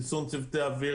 חיסון צוותי אוויר